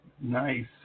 Nice